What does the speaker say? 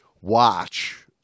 watch